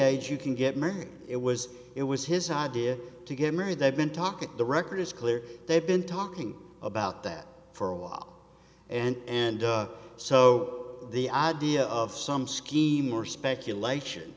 age you can get married it was it was his idea to get married they've been talking the record is clear they've been talking about that for a while and so the idea of some scheme or speculation